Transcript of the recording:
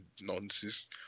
nonsense